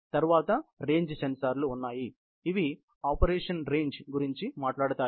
తరువాత రేంజ్ సెన్సార్లు ఉన్నాయి ఇవి ఆపరేషన్ రేంజ్ గురించి మాట్లాడుతాయి